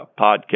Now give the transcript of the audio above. podcast